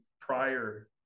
prior